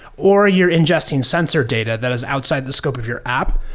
or you're ingesting sensor data that is outside the scope of your app.